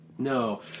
No